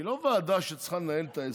היא לא ועדה שצריכה לנהל את העסק,